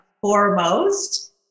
foremost